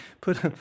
Put